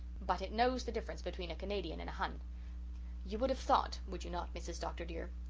but it knows the difference between a canadian and a hun you would have thought, would you not, mrs. dr. dear,